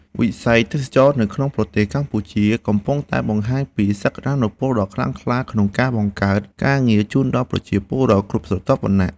វិស័យទេសចរណ៍នៅក្នុងប្រទេសកម្ពុជាកំពុងតែបង្ហាញពីសក្តានុពលដ៏ខ្លាំងក្លាក្នុងការបង្កើតការងារជូនដល់ប្រជាពលរដ្ឋគ្រប់ស្រទាប់វណ្ណៈ។